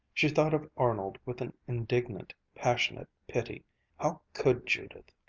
she thought of arnold with an indignant, passionate pity how could judith?